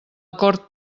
acord